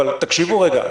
אבל תקשיבו רגע,